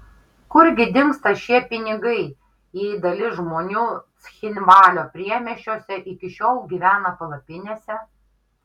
kur gi dingsta šie pinigai jei dalis žmonių cchinvalio priemiesčiuose iki šiol gyvena palapinėse